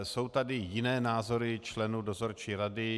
Jsou tady jiné názory členů dozorčí rady.